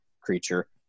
creature